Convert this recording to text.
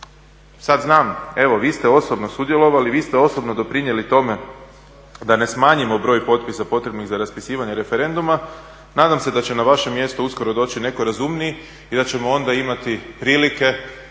sad znam, evo vi ste osobno sudjelovali, vi ste osobno doprinijeli tome da ne smanjimo broj potpisa potrebnih za raspisivanje referenduma. Nadam se da će na vaše mjesto uskoro doći netko razumniji i da ćemo onda imati prilike